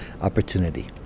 opportunity